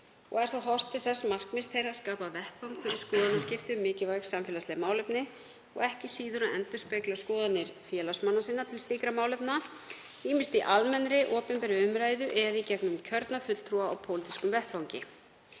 og er þá horft til þess markmiðs þeirra að skapa vettvang fyrir skoðanaskipti um mikilvæg samfélagsleg málefni og ekki síður að endurspegla skoðanir félagsmanna sinna til slíkra málefna, ýmist í almennri opinberri umræðu eða í gegnum kjörna fulltrúa á pólitískum vettvangi.